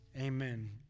amen